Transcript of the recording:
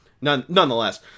nonetheless